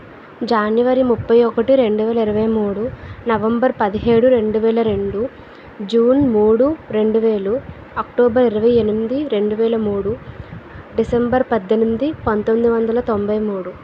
జనవరి ముప్పై ఒకటి రెండు వేల ఇరవై మూడు నవంబర్ పదిహేను రెండు వేల రెండు జూన్ మూడు రెండు వేలు అక్టోబర్ ఇరవై ఎనిమిది రెండు వేల మూడు డిసెంబర్ పద్దెనిమిది పంతొమ్మిది వందల తొంభై మూడు